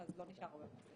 אז לא נשאר הרבה בסוף.